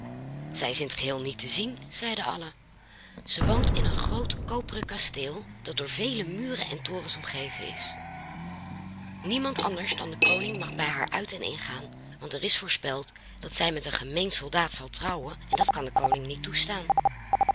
zij is in t geheel niet te zien zeiden allen zij woont in een groot koperen kasteel dat door vele muren en torens omgeven is niemand anders dan de koning mag bij haar uit en ingaan want er is voorspeld dat zij met een gemeen soldaat zal trouwen en dat kan de koning niet toestaan